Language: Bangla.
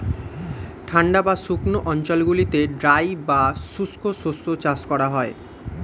ঠান্ডা বা শুকনো অঞ্চলগুলিতে ড্রাই বা শুষ্ক শস্য চাষ করা হয়